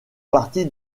partie